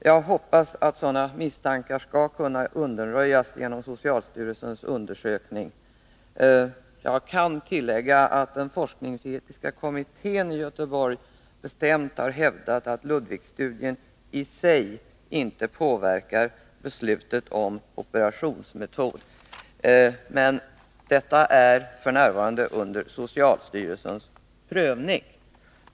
Jag hoppas att sådana misstankar skall kunna undanröjas genom socialstyrelsens undersökning. Jag kan tillägga att den forskningsetiska kommittén i Göteborg bestämt har hävdat att Ludwigstudien i sig inte påverkar beslutet om operationsmetod. Men detta är f. n. föremål för socialstyrelsens prövning.